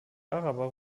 araber